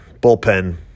bullpen